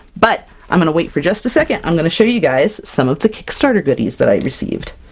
but i'm going to wait for just a second. i'm going to show you guys some of the kickstarter goodies that i received.